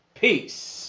Peace